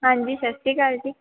ਹਾਂਜੀ ਸਤਿ ਸ਼੍ਰੀ ਅਕਾਲ ਜੀ